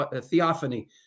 theophany